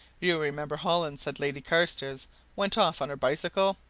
you remember hollins said lady carstairs went off on her bicycle?